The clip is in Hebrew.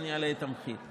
אני אעלה את המחיר.